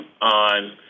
on